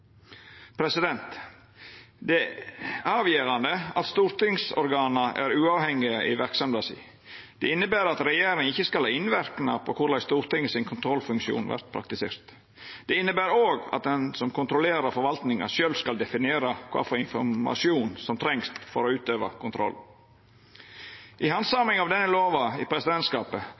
Det er avgjerande at stortingsorgana er uavhengige i verksemda si. Det inneber at regjeringa ikkje skal ha innverknad på korleis Stortingets kontrollfunksjon vert praktisert. Det inneber òg at den som kontrollerer forvaltinga, sjølv skal definera kva for informasjon som trengst for å utøva kontroll. I handsaminga av denne lova i presidentskapet